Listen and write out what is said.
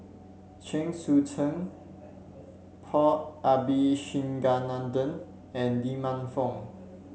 Chen Sucheng Paul Abisheganaden and Lee Man Fong